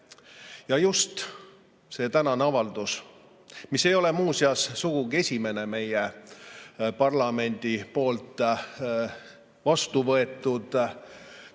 Just see tänane avaldus, mis ei ole muuseas sugugi esimene meie parlamendis vastu võetud